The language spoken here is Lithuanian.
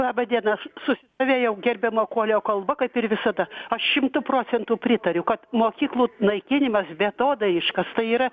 laba diena s su ave gerbiama kuolio kalba kad ir visada aš šimtu procentų pritariu kad mokyklų naikinimas beatodairiškas tai yra